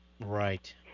Right